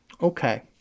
Okay